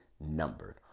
numbered